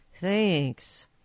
Thanks